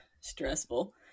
stressful